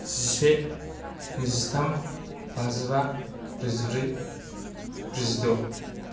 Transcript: जिसे नैजिथाम बाजिबा ब्रैजिब्रै ब्रैजिद'